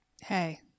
Hey